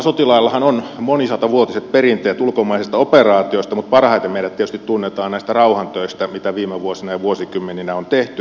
suomalaisilla sotilaillahan on monisatavuotiset perinteet ulkomaisista operaatioista mutta parhaiten meidät tietysti tunnetaan näistä rauhantöistä mitä viime vuosina ja vuosikymmeniä on tehty